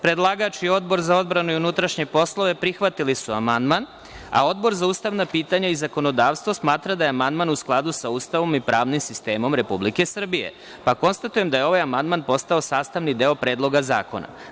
Predlagač i Odbor za odbranu i unutrašnje poslove prihvatili su amandman, a Odbor za ustavna pitanja i zakonodavstvo smatra da je amandman u skladu sa Ustavom i pravnim sistemom Republike Srbije, pa konstatujem da je ovaj amandman postao sastavni deo Predloga zakona.